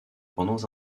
pendant